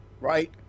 right